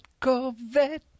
Corvette